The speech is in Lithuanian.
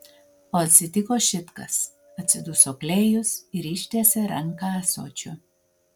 o atsitiko šit kas atsiduso klėjus ir ištiesė ranką ąsočio